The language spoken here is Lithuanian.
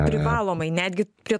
privalomai netgi prie